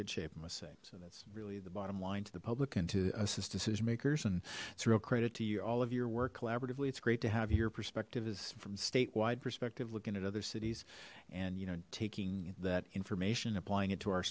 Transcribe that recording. good shape i must say so that's really the bottom line to the public in to assist decision makers and it's real credit to you all of your work collaboratively it's great to have your perspective is from statewide perspective looking at other cities and you know taking that information applying it to our